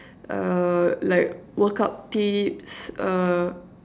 err like workout tips uh